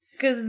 cause